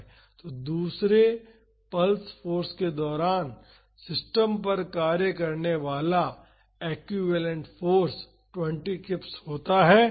तो दूसरे pulse force के दौरान सिस्टम पर कार्य करने वाला एक्विवैलेन्ट फाॅर्स 20 किप्स होता है